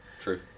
True